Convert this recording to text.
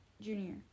junior